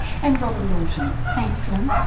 and robyn norton? thanks, lynne.